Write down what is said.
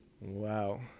Wow